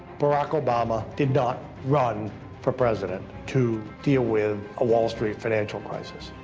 barack obama did not run for president to deal with a wall street financial crisis.